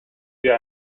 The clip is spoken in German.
wir